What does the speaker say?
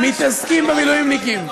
מתעסקים במילואימניקים.